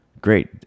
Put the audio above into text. Great